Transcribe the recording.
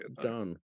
done